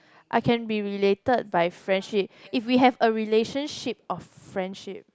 I can be related by friendship if we have a relationship of friendship